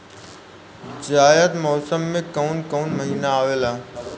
जायद मौसम में काउन काउन महीना आवेला?